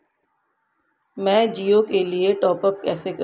मैं जिओ के लिए टॉप अप कैसे करूँ?